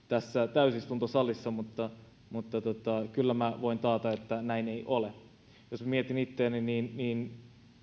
täysistuntosalissa mutta mutta kyllä minä voin taata että näin ei ole jos mietin itseäni niin niin